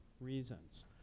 reasons